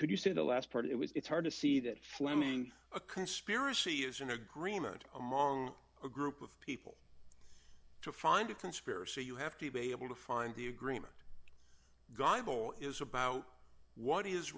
could you say the last part of it was it's hard to see that fleming a conspiracy is an agreement among a group of people to find a conspiracy you have to be able to find the agreement gobble is about what is